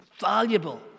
valuable